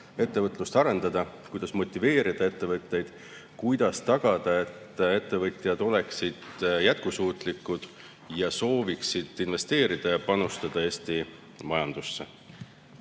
ettevõtlust arendada, kuidas motiveerida ettevõtteid, kuidas tagada, et ettevõtjad oleksid jätkusuutlikud ja sooviksid investeerida ja panustada Eesti majandusse.